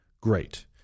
Great